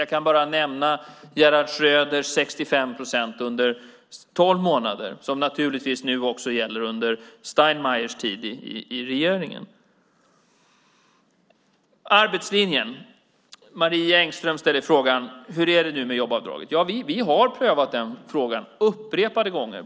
Jag kan bara nämna Gerhard Schröders 65 procent under tolv månader, som naturligtvis nu också gäller under Steinmeiers tid i regeringen. När det gäller arbetslinjen ställer Marie Engström frågan: Hur är det nu med jobbavdraget? Vi har prövat den frågan upprepade gånger.